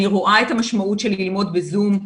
אני רואה את המשמעות של ללמוד בזום,